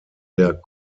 der